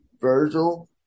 Virgil